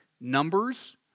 numbers